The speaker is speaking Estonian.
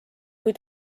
kui